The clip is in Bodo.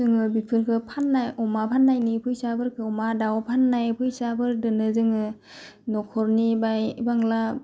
जोङो बेफोरखौ फान्नानै अमा फाननायनि फैसाफोरखौ अमा दाउ फान्नाय फैसाफोर दोन्नो जोङो नखरनि बाइ बांग्ला